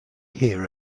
hear